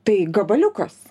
tai gabaliukas